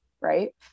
right